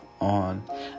on